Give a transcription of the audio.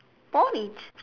porridge